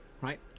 Right